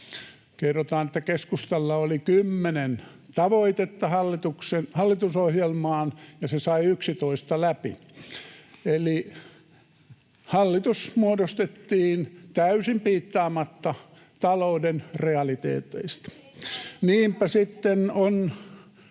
Kerrotaan, että keskustalla oli kymmenen tavoitetta hallitusohjelmaan ja se sai yksitoista läpi. Eli hallitus muodostettiin täysin piittaamatta talouden realiteeteista. [Hilkka Kempin